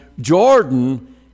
Jordan